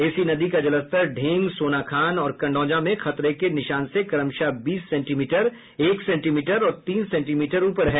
इसी नदी का जलस्तर ढेंग सोनाखान और कटौंझा में खतरे के निशान से क्रमशः बीस सेंटीमीटर एक सेंटीमीटर और तीन सेंटीमीटर ऊपर है